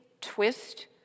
twist